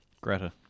Greta